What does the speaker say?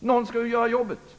Någon skall ju göra jobbet!